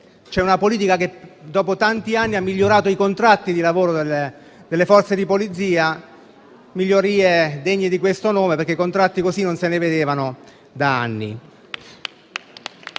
c'è una politica che, dopo tanti anni, ha migliorato i contratti di lavoro delle Forze di polizia: sono migliorie degne di questo nome, perché contratti così non se ne vedevano da anni.